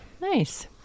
Nice